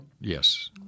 yes